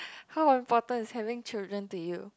how important is having children to you